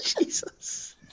Jesus